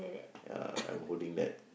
ya I'm holding that